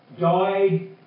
died